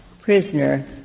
prisoner